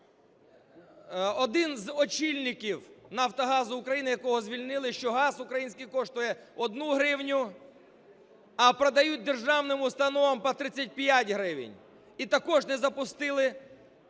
один з очільників Нафтогазу України, якого звільнили, що газ український коштує 1 гривню, а продають державним установам по 35 гривень? І також не запустили